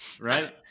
right